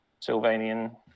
Sylvanian